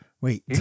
Wait